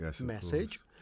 message